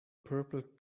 purple